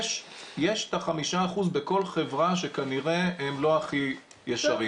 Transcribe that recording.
יש את ה-5% בכל חברה שכנראה הם לא הכי ישרים,